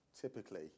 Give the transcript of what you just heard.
typically